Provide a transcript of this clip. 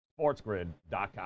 sportsgrid.com